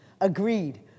Agreed